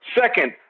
second